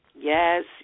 Yes